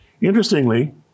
Interestingly